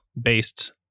based